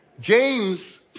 James